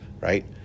right